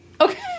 Okay